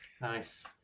nice